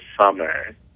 summer